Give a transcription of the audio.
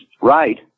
right